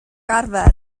arfer